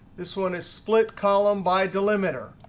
this one is split column by delimiter.